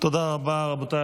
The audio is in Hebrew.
תודה רבה, רבותיי.